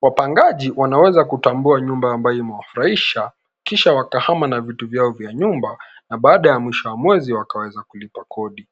Wapangaji wanaweza kutambua nyumba ambayo imewafurahisha kisha wakahama na vitu vyao vya nyumba na baadae ya mwisho wa mwezi wakaweza kulipa Kodi.